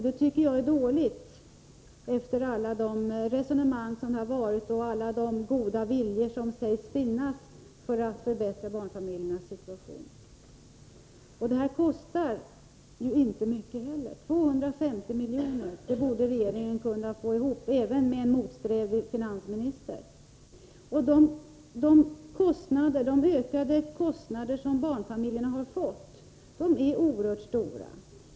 Det tycker jag är dåligt, med tanke på de resonemang som förts i detta sammanhang och med tanke på allt tal om den goda viljan när det gäller att åstadkomma en förbättrad situation för barnfamiljerna. Det skulle inte kosta mycket. Det skulle kosta 250 milj.kr. De pengarna borde regeringen kunna få fram, även om finansministern är motsträvig. Merkostnaderna för barnfamiljerna har ju blivit oerhört stora.